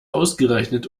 ausgerechnet